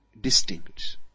distinct